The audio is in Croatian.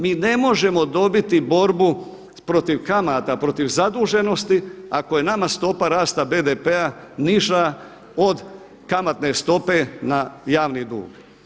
Mi ne možemo dobiti borbu protiv kamata, protiv zaduženosti ako je nama stopa rasta BDP-a niža od kamatne stope na javni dug.